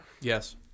yes